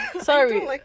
Sorry